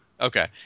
Okay